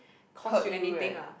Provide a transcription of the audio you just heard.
cost you anything lah